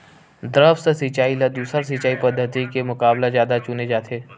द्रप्स सिंचाई ला दूसर सिंचाई पद्धिति के मुकाबला जादा चुने जाथे